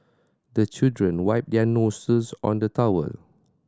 the children wipe their noses on the towel